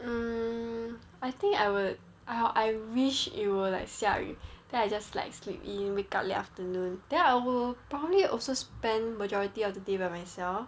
um I think I would I'll I wish it will like 下雨 then I just like sleep in wake up late afternoon then I will probably also spent majority of the day by myself